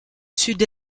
sud